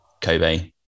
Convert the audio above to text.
kobe